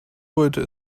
wollte